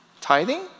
Tithing